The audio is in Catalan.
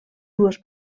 dues